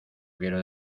quiero